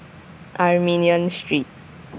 Armenian Street